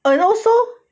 and also